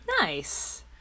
Nice